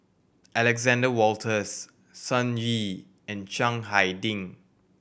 Alexander Wolters Sun Yee and Chiang Hai Ding